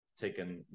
taken